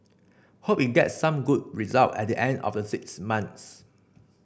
hope it gets some good result at the end of the six months